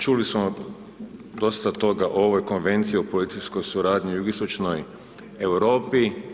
Čuli smo dosta toga o ovoj Konvenciji o policijskoj suradnji u jugoistočnoj Europi.